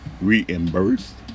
reimbursed